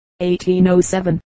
1807